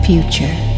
Future